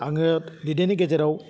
आङो दैदेननायनि गेजेराव